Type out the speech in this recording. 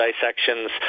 dissections